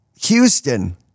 Houston